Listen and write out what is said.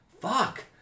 Fuck